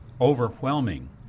overwhelming